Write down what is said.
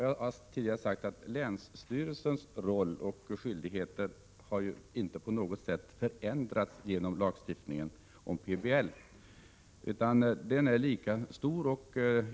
Jag har tidigare sagt att länsstyrelsens roll och skyldigheter inte på något sätt har förändrats genom PBL, utan den är lika omfattande.